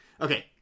Okay